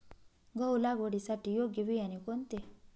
गहू लागवडीसाठी योग्य बियाणे कोणते?